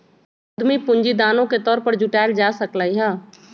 उधमी पूंजी दानो के तौर पर जुटाएल जा सकलई ह